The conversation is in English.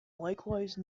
likewise